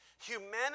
Humanity